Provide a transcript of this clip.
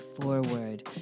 forward